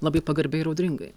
labai pagarbiai ir audringai